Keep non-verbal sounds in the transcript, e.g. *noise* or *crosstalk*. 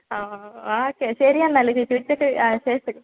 ആ ശരി എന്നാൽ *unintelligible* ആ ശരി ശരി